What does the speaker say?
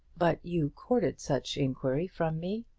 but you courted such inquiry from me.